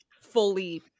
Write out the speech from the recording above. fully